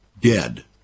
Dead